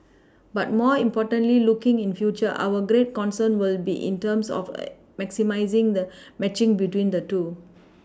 but more importantly looking in future our greater concern will be in terms of maximising the matching between the two